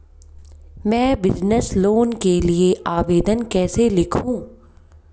मैं business loan के लिए आवेदन कैसे लिखूँ?